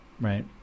right